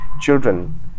children